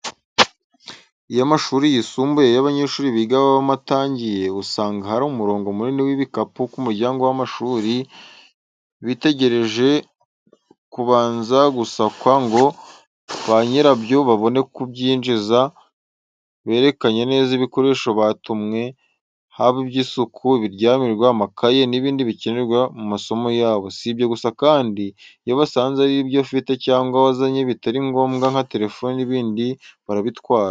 Iyo amashuri yisumbuye y’abanyeshuri biga babamo atangiye, usanga hari umurongo munini w’ibikapu ku muryango w’amashuri, bitegereje kubanza gusakwa ngo banyirabyo babone kubyinjiza berekanye neza ibikoresho batumwe, haba iby’isuku, ibiryamirwa, amakaye n’ibindi bikenewe mu masomo yabo. Si ibyo gusa kandi, iyo basanze hari ibyo ufite cyangwa wazanye bitari ngombwa, nka telefone n’ ibindi, barabitwara.